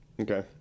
Okay